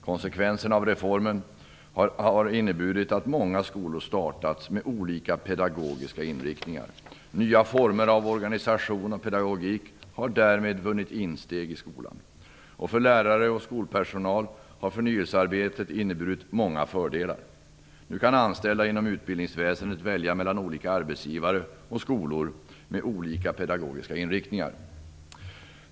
Konsekvenserna av reformen har inneburit att många skolor startats med olika pedagogiska inriktningar. Nya former av organisation och pedagogik har därmed vunnit insteg i skolan. För lärare och skolpersonal har förnyelsearbetet inneburit många fördelar. Nu kan anställda inom utbildningsväsendet välja mellan olika arbetsgivare och skolor med olika pedagogiska inriktningar.